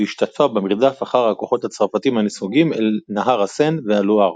והשתתפה במרדף אחר הכוחות הצרפתים הנסוגים אל נהר הסן והלואר.